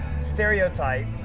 stereotype